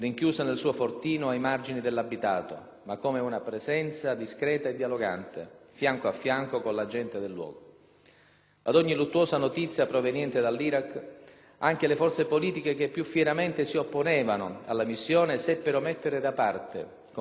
Ad ogni luttuosa notizia proveniente dall'Iraq, anche le forze politiche che più fermamente si opponevano alla missione seppero mettere da parte, con grande responsabilità, ogni considerazione politica e si strinsero concordi intorno al dolore delle famiglie e delle Forze armate.